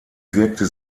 wirkte